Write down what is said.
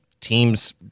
teams